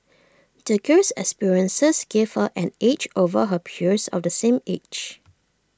the girl's experiences gave her an edge over her peers of the same age